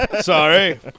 Sorry